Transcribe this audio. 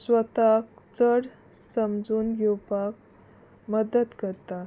स्वताक चड समजून घेवपाक मदत करता